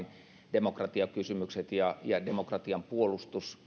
demokratiakysymykset ja ja demokratian puolustus